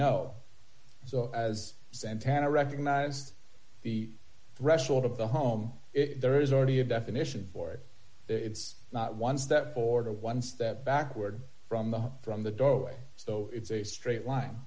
no so as santana recognized the threshold of the home there is already a definition for it it's not one step or one step backward from the from the doorway so it's a straight line